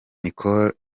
nicolas